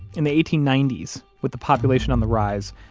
in the eighteen ninety s with the population on the rise,